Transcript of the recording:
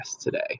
today